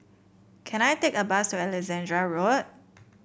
can I take a bus to Alexandra Road